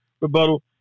rebuttal